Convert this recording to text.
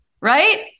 right